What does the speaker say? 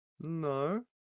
No